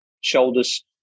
shoulders